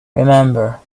remember